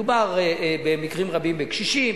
מדובר במקרים רבים בקשישים,